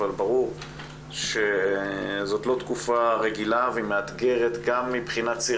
אבל ברור שזאת לא תקופה רגילה והיא מאתגרת גם מבחינת סיר